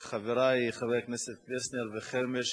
חברי חברי הכנסת פלסנר וחרמש,